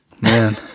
man